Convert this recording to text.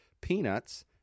peanuts